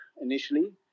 initially